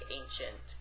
ancient